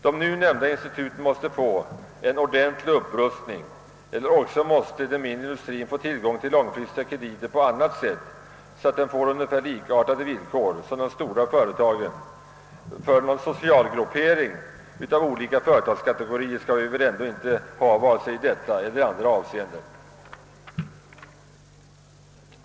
De nu nämnda instituten måste få en ordentlig upprustning eller också måste den mindre industrien få tillgång till långfristiga krediter på annat sätt, så att dess villkor blir ungefär desamma som de stora företagens, ty någon socialgruppering av olika företagskategorier skall vi väl ändå inte ha, vare sig i detta eller i andra avseenden.